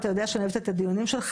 ואתה יודע שאני אוהבת את הדיונים שלך,